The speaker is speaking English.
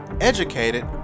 educated